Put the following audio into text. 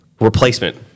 replacement